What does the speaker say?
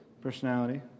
personality